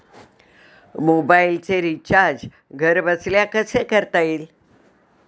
मोबाइलचे रिचार्ज घरबसल्या कसे करता येईल?